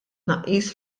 tnaqqis